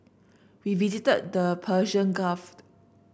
we visited the Persian Gulf